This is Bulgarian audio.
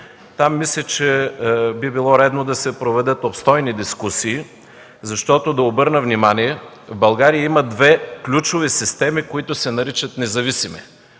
Там мисля, че би било редно да се проведат обстойни дискусии, защото, да обърна внимание, България има две ключови системи, които се наричат независими.